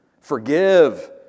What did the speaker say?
Forgive